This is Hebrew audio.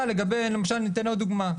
אתן עוד דוגמה,